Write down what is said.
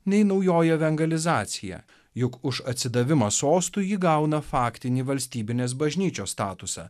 nei naujoji evangelizacija juk už atsidavimą sostui ji gauna faktinį valstybinės bažnyčios statusą